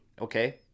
Okay